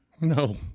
no